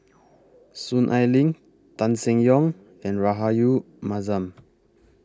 Soon Ai Ling Tan Seng Yong and Rahayu Mahzam